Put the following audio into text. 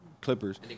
Clippers